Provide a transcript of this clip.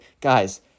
guys